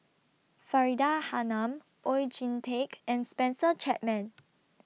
Faridah Hanum Oon Jin Teik and Spencer Chapman